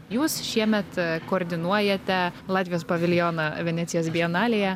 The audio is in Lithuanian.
jūs šiemet koordinuojate latvijos paviljoną venecijos bienalėje